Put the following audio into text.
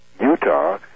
Utah